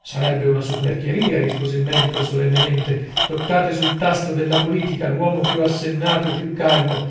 sarebbe una soperchieria rispose il medico solennemente toccate sul tasto della politica l'uomo più assennato e più calmo